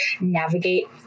navigate